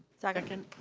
second. second.